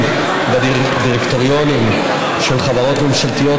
אותנו, הממשלה,